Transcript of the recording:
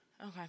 Okay